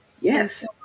Yes